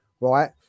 right